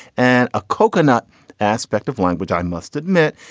and a coconut aspect of language, i must admit,